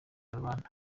rubanda